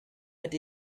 but